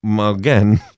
Again